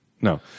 No